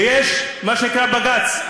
ויש מה שנקרא בג"ץ.